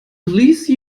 please